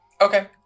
Okay